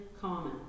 common